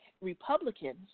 Republicans